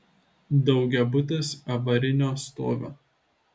daugiabutis avarinio stovio